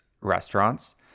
restaurants